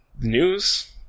news